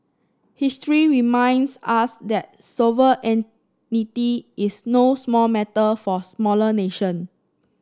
history reminds us that is no small matter for smaller nation